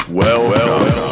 welcome